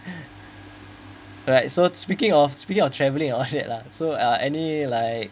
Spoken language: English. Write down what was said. right so speaking of speaking of travelling and all that lah so uh any like